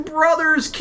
Brothers